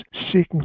seeking